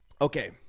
Okay